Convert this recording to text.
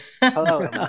Hello